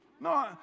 No